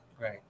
right